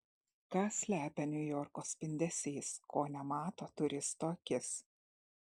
ką slepia niujorko spindesys ko nemato turisto akis